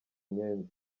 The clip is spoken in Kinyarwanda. nyenzi